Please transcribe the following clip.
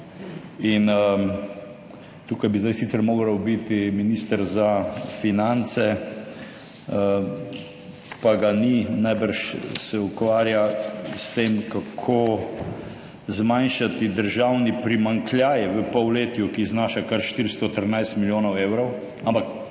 in tukaj bi zdaj sicer moral biti minister za finance, pa ga ni, najbrž se ukvarja s tem, kako zmanjšati državni primanjkljaj v polletju, ki znaša kar 413 milijonov evrov, ampak